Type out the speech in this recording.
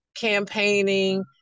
campaigning